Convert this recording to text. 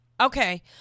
okay